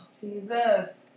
Jesus